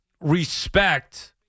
respect